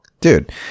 dude